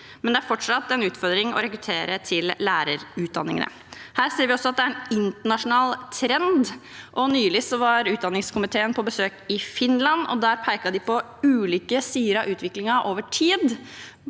men det er fortsatt en utfordring å rekruttere til lærerutdanningene. Her ser vi også at det er en internasjonal trend. Nylig var utdanningskomiteen på besøk i Finland, og der pekte de på ulike sider av utviklingen over tid,